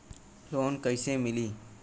Loan कइसे मिलि?